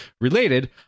Related